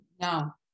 No